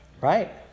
Right